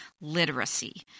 literacy